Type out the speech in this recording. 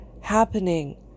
happening